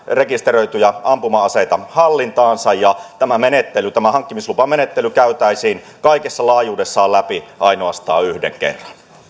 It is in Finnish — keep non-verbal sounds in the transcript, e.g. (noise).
(unintelligible) rekisteröityjä ampuma aseita hallintaansa ja tämä hankkimislupamenettely käytäisiin kaikessa laajuudessaan läpi ainoastaan yhden kerran